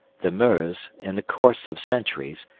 the meuse, in the course of centuries,